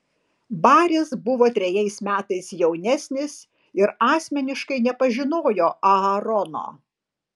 baris buvo trejais metais jaunesnis ir asmeniškai nepažinojo aarono